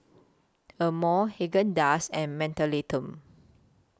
Amore Haagen Dazs and Mentholatum